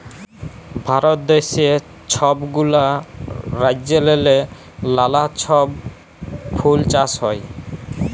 ভারত দ্যাশে ছব গুলা রাজ্যেল্লে লালা ছব ফুল চাষ হ্যয়